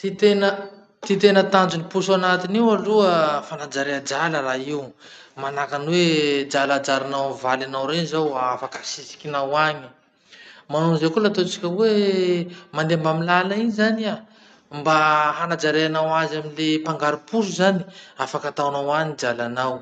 Ty tena ty tena tanjon'ny posy anatiny io aloha fanajaria jala raha io. Manahaky any hoe drala ajarinao any valinao rey zao afaky asisikinao any. Manao anizay koa la ataotsika hoe mandeha mbamy lala iny zany iha, mba hanajarianao azy amy le mpangaro posy zany, afaky ataonao any dralanao.